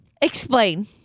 Explain